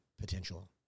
potential